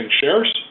shares